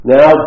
Now